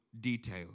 detail